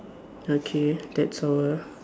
okay that's all